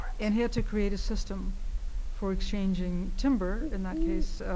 and he had to create a system for exchanging timber, in that case,